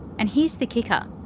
and here's the kicker,